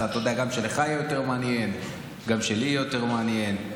שגם לך יהיה יותר מעניין,